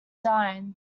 dine